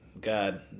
God